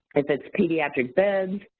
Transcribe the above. if it's pediatric beds,